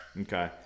Okay